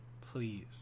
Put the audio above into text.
please